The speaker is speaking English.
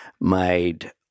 made